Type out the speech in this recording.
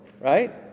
right